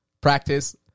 practice